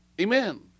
Amen